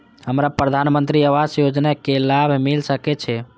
हमरा प्रधानमंत्री आवास योजना के लाभ मिल सके छे?